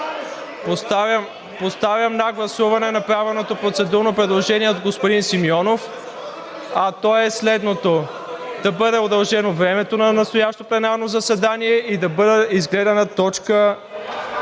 Поставям на гласуване направеното процедурно предложение от господин Симеонов, а то е следното: да бъде удължено времето на настоящото пленарно заседание и да бъде изгледана точка